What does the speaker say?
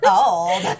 old